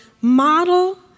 model